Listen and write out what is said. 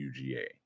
UGA